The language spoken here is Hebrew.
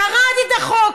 קראתי את החוק.